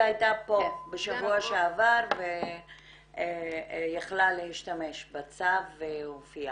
היא היתה פה בשבוע שעבר ויכלה להשתמש בצו והופיעה.